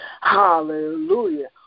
hallelujah